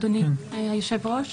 אדוני היושב-ראש,